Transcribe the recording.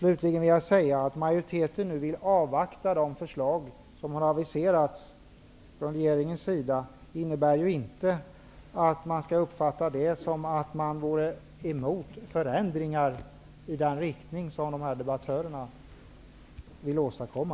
Det förhållandet att majoriteten vill avvakta de förslag som regeringen har aviserat skall inte uppfattas så att vi är emot förändringar i den riktning som debattörerna här vill åstadkomma.